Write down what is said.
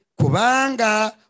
kubanga